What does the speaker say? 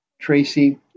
Tracy